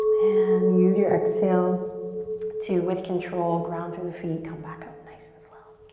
and use your exhale to with control ground through the feet come back up nice as well